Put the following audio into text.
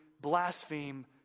blaspheme